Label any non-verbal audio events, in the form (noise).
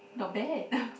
not bad (laughs)